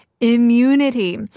immunity